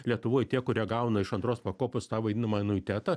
lietuvoj tie kurie gauna iš antros pakopos tą vadinamą anuitetą